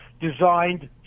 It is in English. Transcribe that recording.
designed